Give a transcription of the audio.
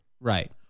Right